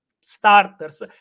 starters